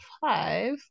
five